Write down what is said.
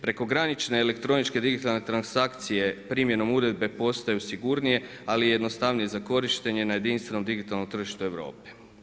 Prekogranične elektroničke digitalne transakcije primjenom uredbe postaju sigurnije, ali i jednostavnije za korištenje na jedinstvenom digitalnom tržištu Europe.